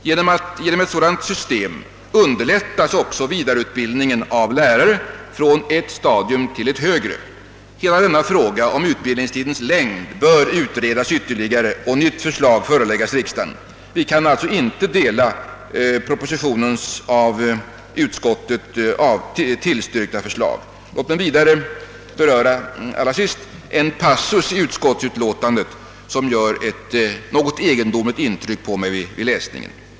Genom ett sådant system underlättas även vidareutbildningen av lärare från ett stadium till ett högre. Hela denna fråga om utbildningstidens längd bör utredas ytterligare och nytt förslag föreläggas riksdagen. Vi reservanter kan därför inte ansluta oss till departementschefens av utskottet tillstyrkta förslag. Låt mig vidare beröra en passus i utskottsutlåtandet som gjort ett något egendomligt intryck på mig vid läsningen.